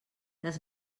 les